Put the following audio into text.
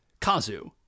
Kazu